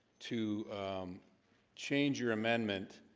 to change your amendment